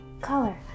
color